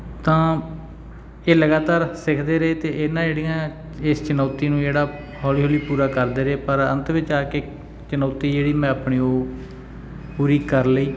ਤਾਂ ਇਹ ਲਗਾਤਾਰ ਸਿੱਖਦੇ ਰਹੇ ਅਤੇ ਇਹਨਾਂ ਜਿਹੜੀਆਂ ਇਸ ਚੁਣੌਤੀ ਨੂੰ ਜਿਹੜਾ ਹੌਲੀ ਹੌਲੀ ਪੂਰਾ ਕਰਦੇ ਰਹੇ ਪਰ ਅੰਤ ਵਿੱਚ ਆ ਕੇ ਚੁਣੌਤੀ ਜਿਹੜੀ ਮੈਂ ਆਪਣੀ ਉਹ ਪੂਰੀ ਕਰ ਲਈ